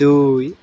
দুই